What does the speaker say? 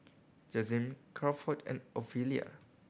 Jazmyn Crawford and Ofelia